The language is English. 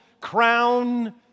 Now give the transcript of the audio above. Crown